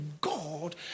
God